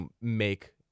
make